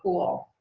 cool